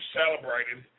celebrated